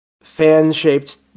fan-shaped